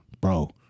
bro